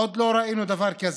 עוד לא ראינו דבר כזה.